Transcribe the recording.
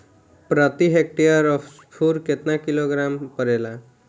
प्रति हेक्टेयर स्फूर केतना किलोग्राम परेला?